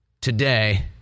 today